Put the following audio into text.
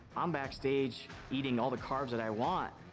i'm backstage eating all the carbs that i want.